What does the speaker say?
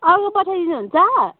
अर्को पठाइदिनु हुन्छ